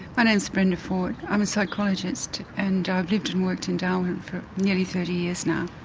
my name's brenda ford, i'm a psychologist and i've lived and worked in darwin for nearly thirty years now.